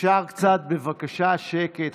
אפשר בבקשה קצת שקט?